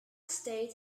stayed